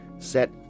Set